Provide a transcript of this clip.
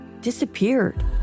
disappeared